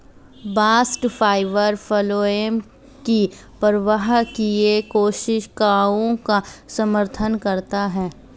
bast fibre phloem की प्रवाहकीय कोशिकाओं का समर्थन करता है